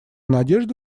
надежду